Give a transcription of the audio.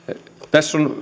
tässä on